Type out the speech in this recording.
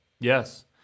Yes